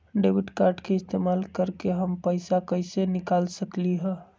Debit card के इस्तेमाल करके हम पैईसा कईसे निकाल सकलि ह?